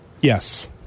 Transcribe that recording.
Yes